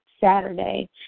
Saturday